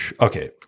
Okay